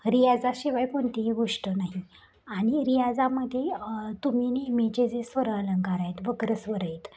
रियाजाशिवाय कोणतीही गोष्ट नाही आणि रियाजामध्ये तुम्ही नेहमीचे जे स्वर अलंकार आहेत वक्र स्वर आहेत